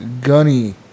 Gunny